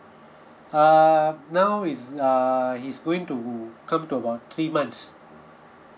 uh now he's err he's going to come to about three months